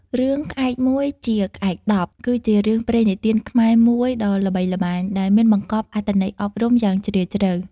រឿង "ក្អែកមួយជាក្អែកដប់" គឺជារឿងព្រេងនិទានខ្មែរមួយដ៏ល្បីល្បាញ ដែលមានបង្កប់អត្ថន័យអប់រំយ៉ាងជ្រាលជ្រៅ។